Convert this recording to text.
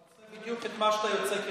אתה עושה בדיוק מה שאתה יוצא כנגדו.